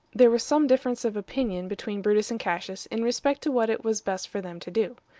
there was some difference of opinion between brutus and cassius in respect to what it was best for them to do.